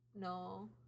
No